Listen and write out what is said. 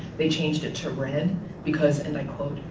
they changed it to red because, and i quote,